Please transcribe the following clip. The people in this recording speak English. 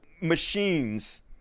machines